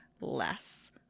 less